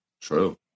true